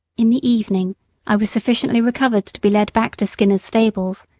in the evening i was sufficiently recovered to be led back to skinner's stables,